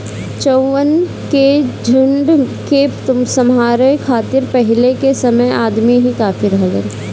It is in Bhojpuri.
चउवन के झुंड के सम्हारे खातिर पहिले के समय अदमी ही काफी रहलन